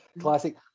Classic